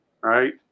right